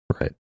Right